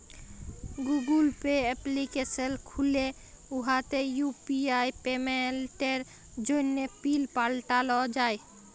Google Pay application খ্যুলে উয়াতে UPI পেমেল্টের জ্যনহে পিল পাল্টাল যায়